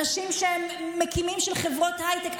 אנשים שהם מקימים של חברות ההייטק,